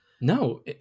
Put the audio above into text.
No